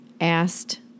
asked